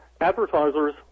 Advertisers